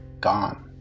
gone